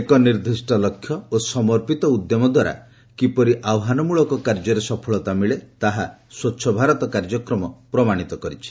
ଏକ ନିର୍ଦ୍ଦିଷ୍ଟ ଲକ୍ଷ୍ୟ ଓ ସମର୍ପିତ ଉଦ୍ୟମ ଦ୍ୱାରା କିପରି ଆହ୍ୱାନମୂଳକ କାର୍ଯ୍ୟରେ ସଫଳତା ମିଳେ ତାହା ସ୍ୱଚ୍ଛ ଭାରତ କାର୍ଯ୍ୟକ୍ରମ ପ୍ରମାଣିତ କରିଛି